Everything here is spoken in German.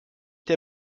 der